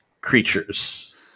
creatures